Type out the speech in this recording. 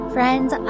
Friends